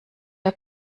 der